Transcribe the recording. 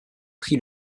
pris